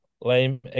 lame